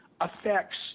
affects